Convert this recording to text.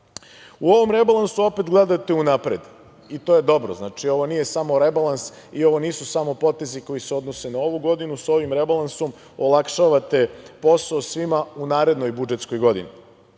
ovom rebalansu opet gledate unapred, i to je dobro, znači, ovo nije samo rebalans i ovo nisu samo potezi koji se odnose na ovu godinu, sa ovim rebalansom olakšavate posao svima u narednoj budžetskoj godini.